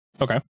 Okay